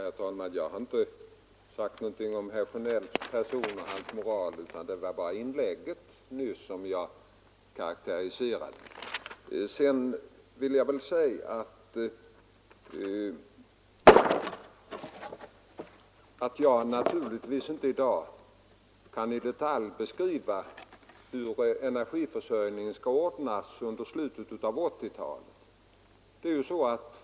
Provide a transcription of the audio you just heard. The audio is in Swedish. Herr talman! Jag har inte sagt någonting om herr Sjönells person eller moral; det var bara hans inlägg här i debatten som jag karakteriserade. Jag kan naturligtvis inte i dag i detalj beskriva hur energiförsörjningen skall ordnas under slutet av 1980-talet.